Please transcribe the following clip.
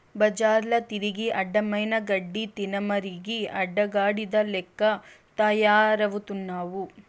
బజార్ల తిరిగి అడ్డమైన గడ్డి తినమరిగి అడ్డగాడిద లెక్క తయారవుతున్నావు